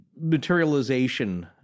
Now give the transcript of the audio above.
materialization